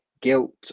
guilt